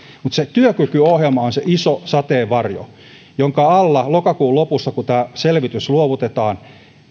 mutta se työkykyohjelma on se iso sateenvarjo jonka alla lokakuun lopussa kun tämä selvitys luovutetaan